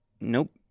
Nope